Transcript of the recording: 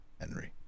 Henry